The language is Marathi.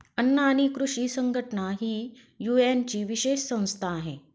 अन्न आणि कृषी संघटना ही युएनची विशेष संस्था आहे